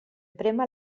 prémer